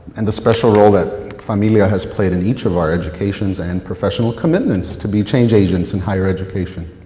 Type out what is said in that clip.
and the special role that familia has played in each of our educations and professional commitments, to be change agents, and higher education.